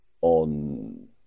on